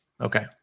Okay